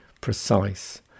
precise